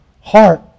heart